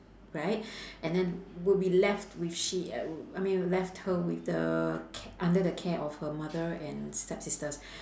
right and then would be left with she uh w~ I mean left her with the ca~ under the care of her mother and stepsisters